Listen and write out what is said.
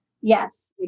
Yes